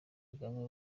kagame